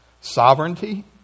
Sovereignty